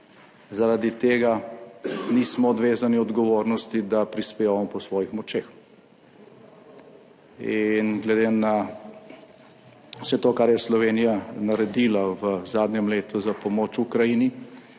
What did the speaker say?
zaradi tega nismo odvezani odgovornosti, da prispevamo po svojih močeh. In glede na vse to, kar je Slovenija naredila v zadnjem letu za pomoč Ukrajini,